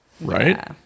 Right